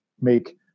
make